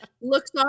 looks